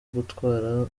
gutwara